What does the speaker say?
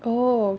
oh okay